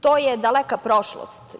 To je daleka prošlost.